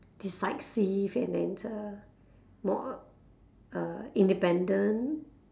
decisive and then uh more uh uh independent